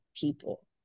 people